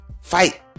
fight